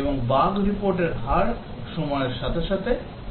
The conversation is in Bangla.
এবং বাগ রিপোর্টের হার সময়ের সাথে সাথে কমে যায়